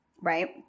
right